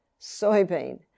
soybean